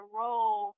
role